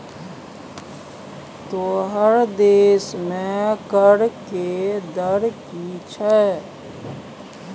तोहर देशमे कर के दर की छौ?